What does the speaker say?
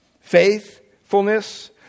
faithfulness